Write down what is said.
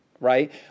right